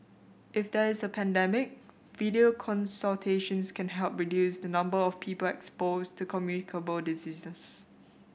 if there is a pandemic video consultations can help reduce the number of people exposed to communicable diseases